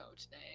today